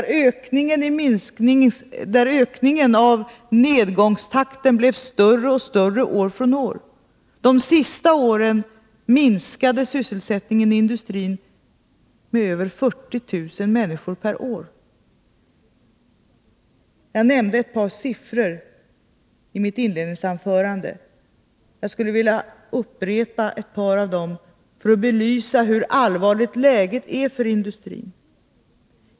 Ökningen av nedgångstakten blev större och större år från år. De sista åren minskade sysselsättningen i industrin med över 40 000 människor per år. Jag nämnde några siffror i mitt inledningsanförande. Jag skulle vilja upprepa ett par av dem för att belysa hur allvarligt läget är för industrin.